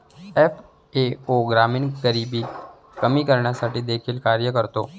FAO ग्रामीण गरिबी कमी करण्यासाठी देखील कार्य करते